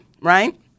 right